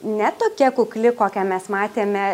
ne tokia kukli kokią mes matėme